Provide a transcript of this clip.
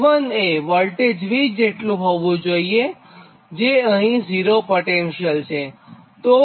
I1 એ voltage V જેટલું થવું જોઇએ જે અહીં 0 પોટેંશિયલ છે